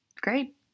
great